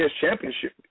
championship